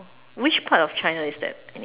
which part of China is that and you